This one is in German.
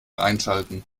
einschalten